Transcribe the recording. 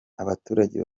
abaturage